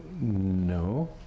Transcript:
no